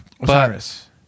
Osiris